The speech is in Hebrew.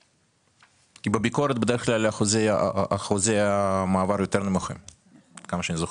כי בביקורת בדרך כלל אחוזי המעבר יותר נמוכים עד כמה שאני זוכר.